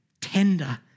tender